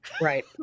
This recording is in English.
Right